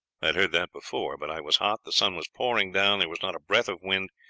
had heard that before but i was hot, the sun was pouring down, there was not a breath of wind,